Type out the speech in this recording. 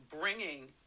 bringing